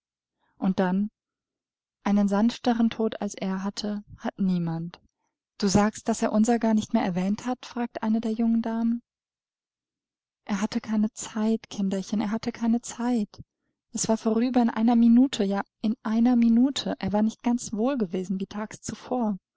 und dann einen sanfteren tod als er hatte hat niemand du sagst daß er unserer gar nicht mehr erwähnt hat fragte eine der jungen damen er hatte keine zeit kinderchen er hatte keine zeit es war vorüber in einer minute ja in einer minute er war nicht ganz wohl gewesen wie tags zuvor